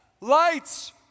Lights